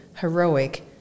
heroic